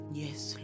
yes